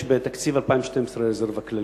יש בתקציב 2012 רזרבה כללית,